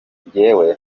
njyewe